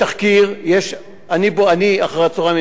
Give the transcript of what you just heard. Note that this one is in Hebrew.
אני אחר-הצהריים אראה את הדברים.